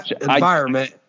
environment